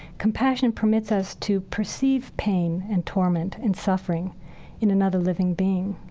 compassion permits us to perceive pain and torment and suffering in another living being